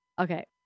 Okay